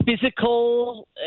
physical